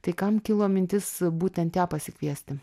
tai kam kilo mintis būtent ją pasikviesti